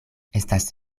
estas